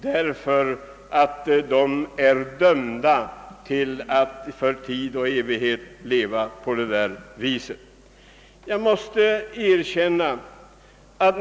De är för tid och evighet dömda till att leva under de villkor de en gång fått.